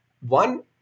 one